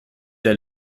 der